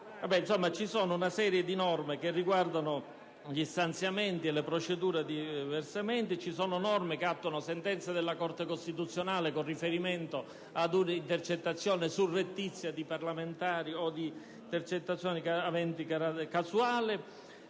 ci sono norme che riguardano gli stanziamenti e le procedure di versamenti e norme che attuano sentenze della Corte costituzionale con riferimento ad una intercettazione surrettizia di parlamentari o aventi carattere casuale.